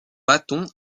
bâton